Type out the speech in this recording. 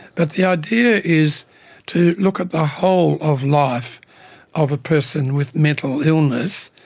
but the idea is to look at the whole of life of a person with mental illness,